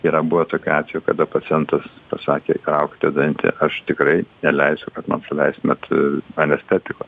yra buvę tokių atvejų kada pacientas pasakė raukite dantį aš tikrai neleisiu kad man suleistumėt anestetiko